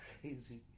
crazy